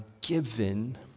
given